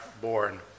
born